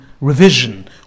revision